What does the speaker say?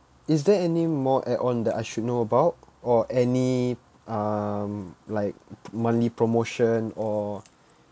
is there any more add on that I should know about or any um like monthly promotion or